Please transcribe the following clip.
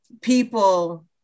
people